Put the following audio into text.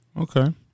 Okay